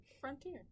frontier